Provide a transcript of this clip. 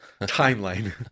timeline